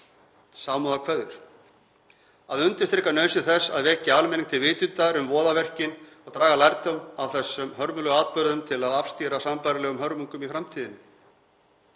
samúðarkveðjur, að undirstrika nauðsyn þess að vekja almenning til vitundar um voðaverkin og draga lærdóm af þessum hörmulegu atburðum til að afstýra sambærilegum hörmungum í framtíðinni.